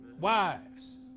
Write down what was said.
Wives